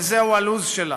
זהו הלוז שלה.